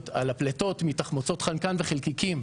על הפליטות מתחמוצות חנקן וחלקיקים